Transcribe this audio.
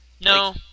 No